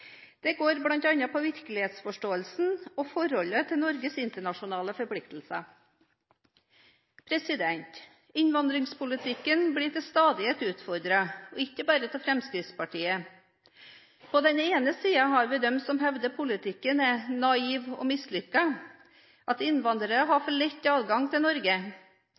Det går bl.a. på virkelighetsforståelsen og forholdet til Norges internasjonale forpliktelser. Innvandringspolitikken blir til stadighet utfordret – og ikke bare fra Fremskrittspartiets side. På den ene siden har vi dem som hevder at politikken er naiv og mislykket, at innvandrere har for lett adgang til Norge.